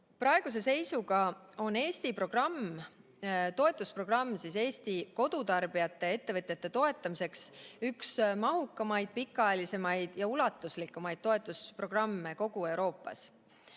Praeguse seisuga on Eesti programm, toetusprogramm Eesti kodutarbijate ja ettevõtjate toetamiseks üks mahukamaid, pikaajalisemaid ja ulatuslikumaid toetusprogramme kogu Euroopas.